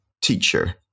teacher